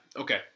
Okay